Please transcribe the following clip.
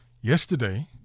Yesterday